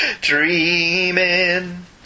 dreaming